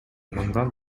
мындан